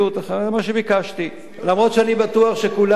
זה מה שביקשתי, למרות שאני בטוח שכולנו